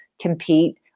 compete